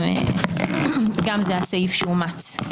גם זה הסעיף שאומץ,